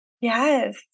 Yes